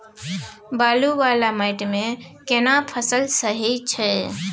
बालू वाला माटी मे केना फसल सही छै?